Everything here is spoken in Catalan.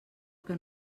que